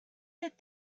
that